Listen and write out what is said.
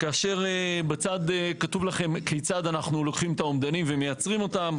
כאשר בצד כתוב לכם כיצד אנחנו לוקחים את האומדנים ומייצרים אותם.